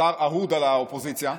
שר אהוד על האופוזיציה.